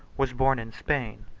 was born in spain,